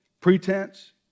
pretense